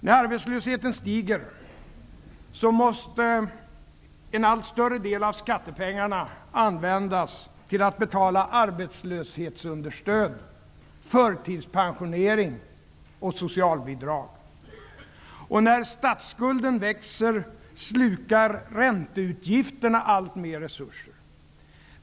När arbetslösheten stiger måste en allt större del av skattepengarna användas till att betala arbetslöshetsunderstöd, förtidspensionering och socialbidrag. När statsskulden växer slukar ränteutgifterna alltmer resurser.